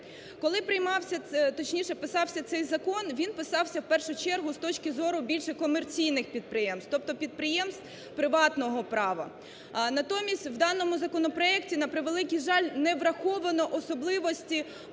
писався цей закон, він писався в першу чергу з точки зору більше комерційних підприємств, тобто підприємств приватного права. Натомість в даному законопроекті, на превеликий жаль, не враховано особливості,